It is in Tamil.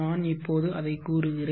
நான் இப்போது அதை கூறுகிறேன்